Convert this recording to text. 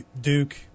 Duke